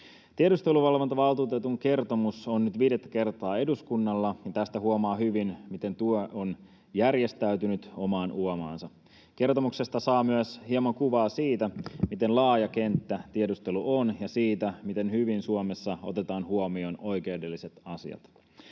Tiedusteluvalvontavaltuutetun kertomus on nyt viidettä kertaa eduskunnalla, ja tästä huomaa hyvin, miten työ on järjestäytynyt omaan uomaansa. Kertomuksesta saa myös hieman kuvaa siitä, miten laaja kenttä tiedustelu on, ja siitä, miten hyvin Suomessa otetaan huomioon oikeudelliset asiat.